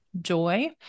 joy